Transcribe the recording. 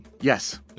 Yes